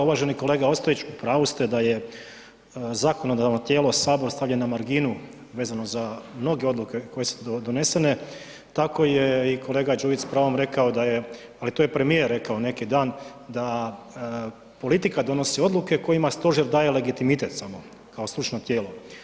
Uvaženi kolega Ostojić u pravu ste da je zakonodavno tijelo sabor stavljen na marginu vezano za mnoge odluke koje su donesene, tako je i kolega Đujić s pravom rekao da je, ali to je premijer rekao neki dan da politika donosi odluke kojima stožer daje legitimitet samo kao stručno tijelo.